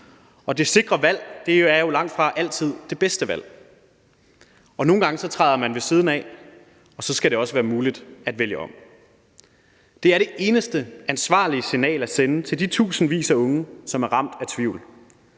Og det sikre valg er jo langt fra altid det bedste valg, og nogle gange træder man ved siden af, og så skal det også være muligt at vælge om. Det er det eneste ansvarlige signal at sende til de tusindvis af unge, som er ramt af tvivl.